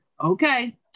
Okay